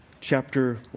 chapter